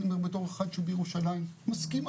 אני בתור אחד הוא בירושלים מסכים,